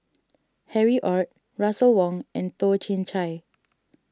Harry Ord Russel Wong and Toh Chin Chye